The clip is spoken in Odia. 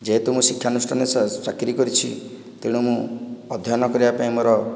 ଯେହେତୁ ମୁଁ ଶିକ୍ଷା ଅନୁଷ୍ଠାନ ରେ ଚାକିରୀ କରିଛି ତେଣୁ ମୁଁ ଅଧ୍ୟୟନ କରିବା ପାଇଁ ମୋର